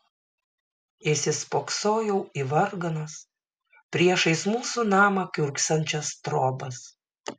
įsispoksojau į varganas priešais mūsų namą kiurksančias trobas